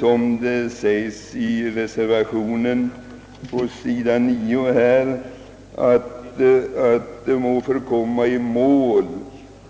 Sålunda sägs i reservationen, att utmätning av Ööverskjutande preliminär skatt för enskilda fordringar endast må förekomma i mål